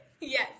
Yes